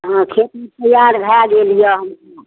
हाँ खेत उत तैआर भए गेल यए